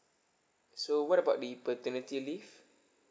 so what about the paternity leave